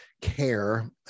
care